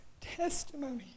testimony